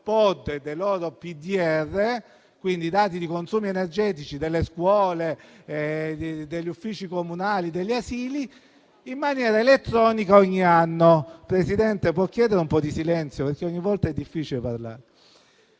POD e dei loro PDR, quindi i dati dei consumi energetici delle scuole, degli uffici comunali e degli asili in maniera elettronica ogni anno. *(Brusìo)*. Presidente, potrebbe chiedere un po' di silenzio perché è difficile parlare?